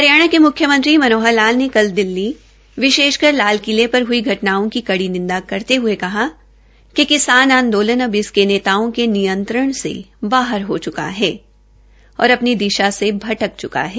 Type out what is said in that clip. हरियाणा के मुख्यमंत्री श्री मनोहर लाल ने कल दिल्ली विशेषकर लालकिले पर हई घटनाओं की कड़ी निंदा करते हुए कहा कि किसान आंदोलन अब इसके नेताओं के नियंत्रण से बाहर हो च्का है और अपनी दिशा से भटक च्का है